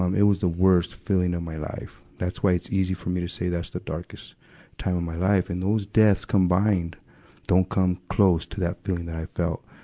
um it was the worst feeling of my life. that's why it's easy for me to say that's the darkest time in um my life. and those deaths combined don't come close to that feeling that i felt,